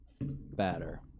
batter